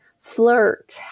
Flirt